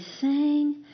sang